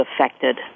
affected